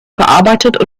verarbeitet